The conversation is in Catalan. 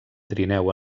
trineu